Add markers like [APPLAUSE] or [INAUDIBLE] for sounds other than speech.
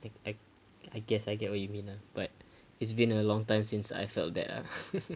I I guess I get what you mean ah but it's been a long time since I felt that ah [LAUGHS]